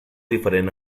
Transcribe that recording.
diferent